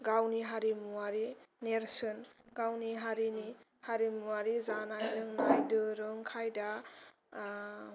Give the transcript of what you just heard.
गावनि हारिमुआरि नेर्सोन गावनि हारिनि हारिमुआरि जानाय लोंनाय दोरों खायदा ओ